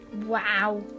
Wow